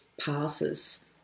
passes